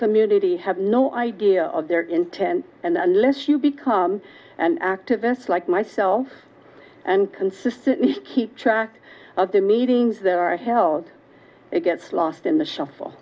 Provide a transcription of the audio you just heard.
community have no idea of their intent and unless you become an activist like myself and consistently keep track of the meetings that are held it gets lost in the shuffle